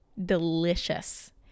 delicious